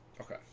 Okay